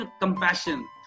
compassion